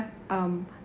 um